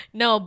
no